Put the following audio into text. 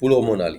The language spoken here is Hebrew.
טיפול הורמונלי